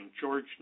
George